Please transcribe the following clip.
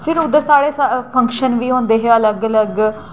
फ्ही उद्धर साढ़े फंक्शन बी होंदे हे अलग अलग